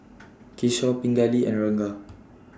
Kishore Pingali and Ranga